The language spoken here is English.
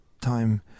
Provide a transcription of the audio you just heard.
time